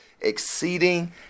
exceeding